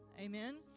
Amen